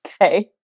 Okay